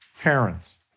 parents